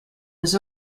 was